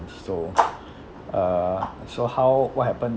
so uh so how what happened